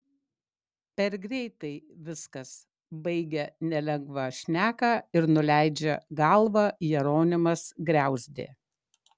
per greitai viskas baigia nelengvą šneką ir nuleidžia galvą jeronimas griauzdė